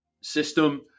system